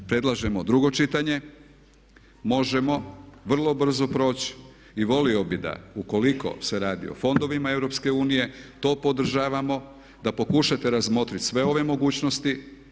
Predlažemo drugo čitanje, možemo vrlo brzo proći i volio bih da ukoliko se radi o fondovima EU to podržavamo, da pokušate razmotriti sve ove mogućnosti.